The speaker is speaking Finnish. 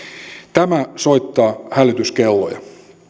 tämä soittaa hälytyskelloja